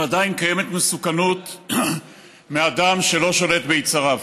אבל עדיין קיימת מסוכנות מאדם שלא שולט ביצריו.